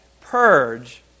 purge